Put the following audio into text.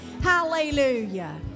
Hallelujah